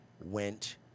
went